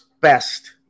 best